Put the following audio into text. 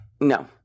No